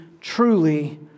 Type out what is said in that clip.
truly